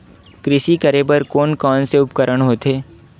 कृषि करेबर कोन कौन से उपकरण होथे?